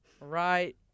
right